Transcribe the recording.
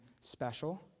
special